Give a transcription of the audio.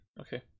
Okay